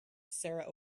sarah